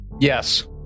Yes